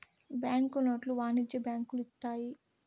bank నోట్లు వాణిజ్య బ్యాంకులు ఇత్తాయి